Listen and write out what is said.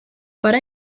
para